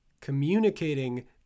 communicating